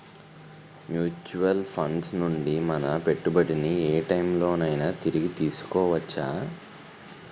Mutual funds నుండి మన పెట్టుబడిని ఏ టైం లోనైనా తిరిగి తీసుకోవచ్చా?